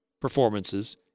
performances